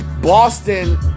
Boston